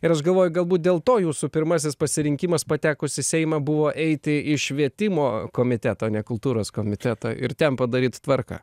ir aš galvoju galbūt dėl to jūsų pirmasis pasirinkimas patekus į seimą buvo eiti į švietimo komitetą o ne kultūros komitetą ir ten padaryt tvarką